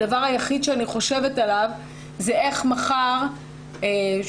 הדבר היחיד שאני חושבת עליו זה איך מחר אני